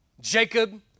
Jacob